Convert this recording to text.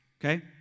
okay